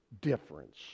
difference